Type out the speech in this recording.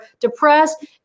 depressed